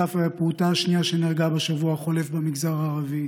ספא היא הפעוטה השנייה שנהרגה בשבוע החולף במגזר הערבי.